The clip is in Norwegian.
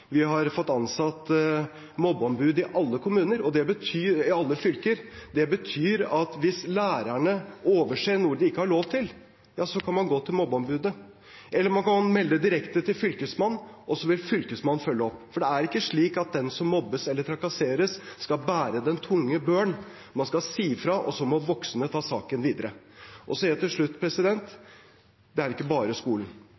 Vi har fått ansatt mobbeombud i alle fylker. Det betyr at hvis lærerne overser noe de ikke har lov til, kan man gå til mobbeombudet. Eller man kan melde direkte til Fylkesmannen, og så vil Fylkesmannen følge opp. For det er ikke slik at den som mobbes eller trakasseres, skal bære den tunge børen. Man skal si fra, og så må voksne ta saken videre. Så helt til slutt: